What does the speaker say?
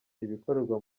ibikorerwa